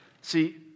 See